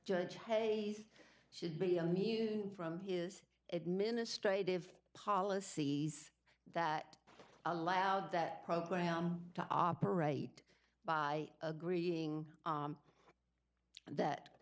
judge hayes should be on from his administrative policies that allowed that program to operate by agreeing that